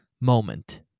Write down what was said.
moment